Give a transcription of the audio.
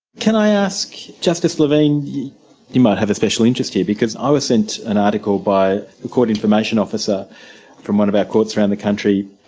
can i ask, justice levine you might have a special interest here, because i was sent an article by the court information officer from one of our courts around the country,